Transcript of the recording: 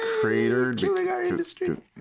cratered